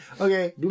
Okay